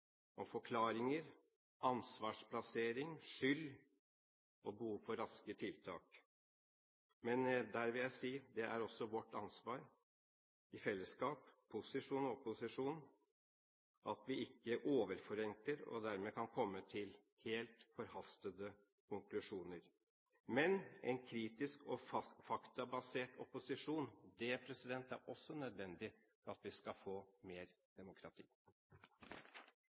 om forklaringer, ansvarsplassering og skyld og behov for raske tiltak. Der vil jeg si at det er også vårt ansvar i fellesskap – posisjon og opposisjon – at vi ikke overforenkler og dermed kan komme til helt forhastede konklusjoner. Men en kritisk og faktabasert opposisjon er også nødvendig for at vi skal få mer demokrati.